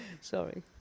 Sorry